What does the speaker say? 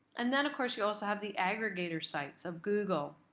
and then of course, you also have the aggregator sites of google,